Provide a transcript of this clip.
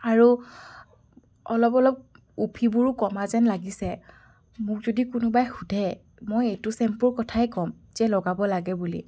আৰু অলপ অলপ উফিবোৰো কমা যেন লাগিছে মোক যদি কোনোবাই সোধে মই এইটো শ্বেম্পুৰ কথাই ক'ম যে লগাব লাগে বুলি